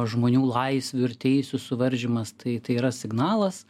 žmonių laisvių ir teisių suvaržymas tai tai yra signalas